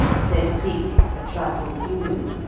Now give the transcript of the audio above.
said cleek, a trifle gloomily.